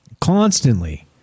constantly